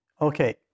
Okay